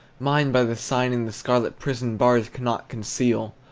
mine by the sign in the scarlet prison bars cannot conceal!